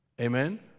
amen